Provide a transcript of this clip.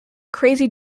crazy